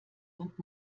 und